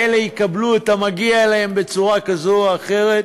אלה יקבלו את המגיע להם בצורה כזאת או אחרת,